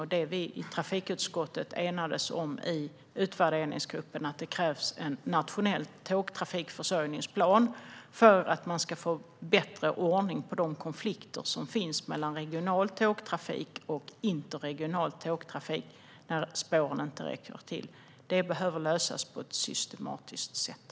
Det vi enades om i trafikutskottets utvärderingsgrupp är att det krävs en nationell tågtrafikförsörjningsplan för att lösa de konflikter som finns mellan regional och interregional tågtrafik när spåren inte räcker till. Det behöver lösas på ett systematiskt sätt.